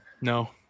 No